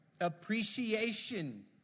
appreciation